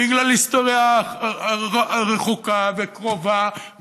בגלל ההיסטוריה הרחוקה והקרובה,